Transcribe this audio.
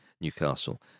Newcastle